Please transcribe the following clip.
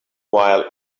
while